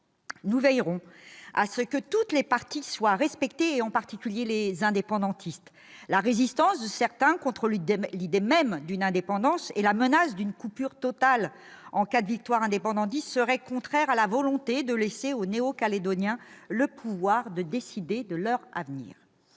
nous veillerons à ce que toutes les parties soient respectées, en particulier les indépendantistes. La résistance de certains à l'idée même d'une indépendance et la menace d'une coupure totale en cas de victoire indépendantiste seraient contraires à la volonté de laisser aux Néo-Calédoniens le pouvoir de décider de leur avenir.